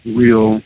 real